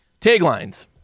Taglines